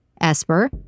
Esper